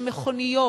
שמכוניות,